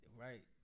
Right